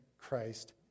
Christ